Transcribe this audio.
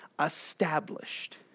established